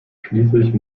schließlich